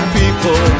people